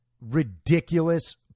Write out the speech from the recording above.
ridiculous